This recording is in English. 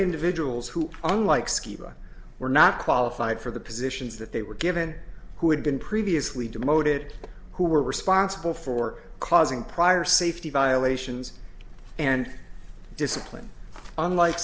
individuals who unlike schipa were not qualified for the positions that they were given who had been previously demoted who were responsible for causing prior safety violations and discipline unlike